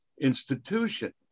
institution